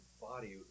body